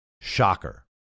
Shocker